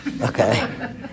okay